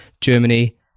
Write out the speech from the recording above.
Germany